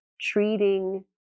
treating